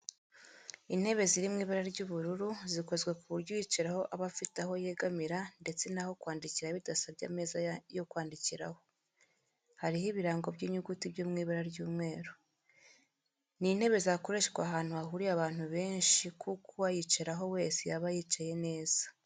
Intebe ziri mu ibara ry'ubururu zikozwe ku buryo uyicayeho aba afite aho yegamira ndetse n'aho kwandikira bidasabye ameza yandi yo kwandikiraho, hariho ibirango by'inyuguti byo mu ibara ry'umweru. Ni intebe zakoreshwa ahantu hahuriye abantu benshi kuko uwayicaraho wese yaba yicaye neza.